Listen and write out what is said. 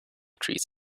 trees